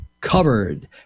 covered